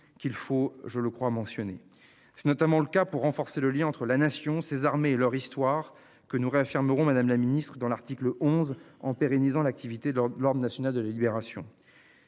qu'il faut, je le crois mentionné. C'est notamment le cas pour renforcer le lien entre la nation ses armées leur histoire que nous réaffirmerons Madame la Ministre dans l'article 11 en pérennisant l'activité dans l'ordre national de libération.